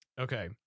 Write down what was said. okay